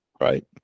Right